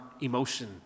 emotion